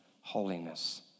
holiness